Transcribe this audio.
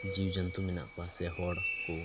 ᱡᱤᱵᱽ ᱡᱚᱱᱛᱩ ᱢᱮᱱᱟᱜ ᱠᱚᱣᱟ ᱥᱮ ᱦᱚᱲ ᱠᱚ